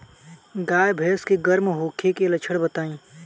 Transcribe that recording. गाय भैंस के गर्म होखे के लक्षण बताई?